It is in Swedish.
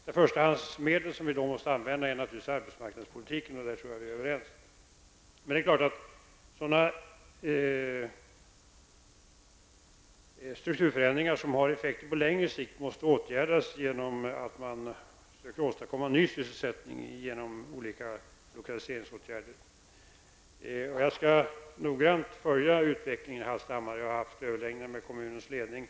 Det medel vi i första hand måste använda är då naturligtvis arbetsmarknadspolitiken. Jag tror att vi är överens på den punkten. Men strukturförändringar som har effekter på längre sikt måste naturligtvis åtgärdas genom att man med olika lokaliseringsåtgärder försöker åstadkomma ny sysselsättning. Jag skall noggrant följa utvecklingen i Hallstahammar. Jag har tidigare haft överläggningar med kommunens ledning.